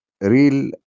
real